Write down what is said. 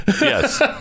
Yes